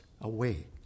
away